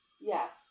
Yes